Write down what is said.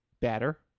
batter